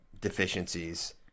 deficiencies